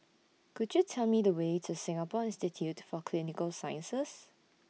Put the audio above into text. Could YOU Tell Me The Way to Singapore Institute For Clinical Sciences